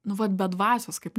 nu vat be dvasios kaip